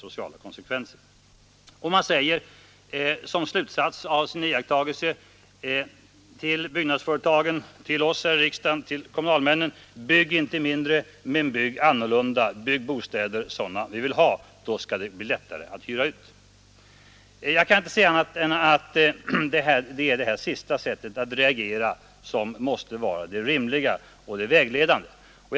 Sedan säger man till byggnadsföretagen, till oss här i riksdagen och till kommunalmännen: Bygg inte mindre, men bygg annorlunda! Bygg sådana bostäder som vi vill ha. Då får ni lättare att hyra ut det ni bygger. Jag kan inte finna annat än att det sistnämnda sättet att reagera måste vara det rimliga och vägledande för oss.